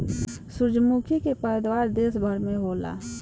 सूरजमुखी के पैदावार देश भर में होखेला